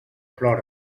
plora